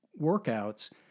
workouts